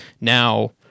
Now